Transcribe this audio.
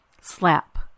Slap